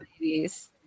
ladies